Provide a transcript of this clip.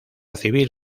civil